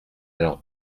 lampe